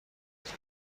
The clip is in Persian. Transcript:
جایی